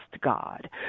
God